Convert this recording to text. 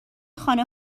خانه